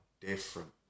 Different